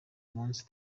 munsi